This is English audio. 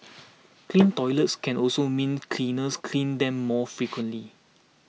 clean toilets can also mean cleaners clean them more frequently